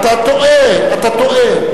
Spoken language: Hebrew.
אתה טועה, אתה טועה.